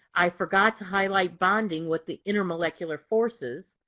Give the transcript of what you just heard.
i forgot to highlight bonding with the intermolecular forces.